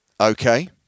Okay